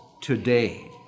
today